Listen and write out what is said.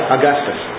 Augustus